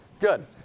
Good